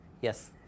Yes